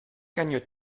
gagnes